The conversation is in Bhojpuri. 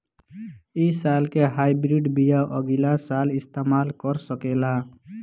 इ साल के हाइब्रिड बीया अगिला साल इस्तेमाल कर सकेला?